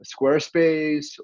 Squarespace